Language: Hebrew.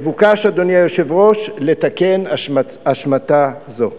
מבוקש, אדוני היושב-ראש, לתקן השמטה זאת.